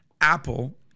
Apple